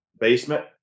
basement